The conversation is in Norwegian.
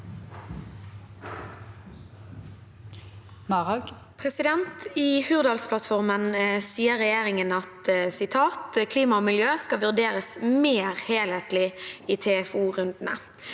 «I Hurdalsplattfor- men sier regjeringen: «Klima og miljø skal vurderes mer helhetlig i TFO-rundene.»